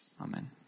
Amen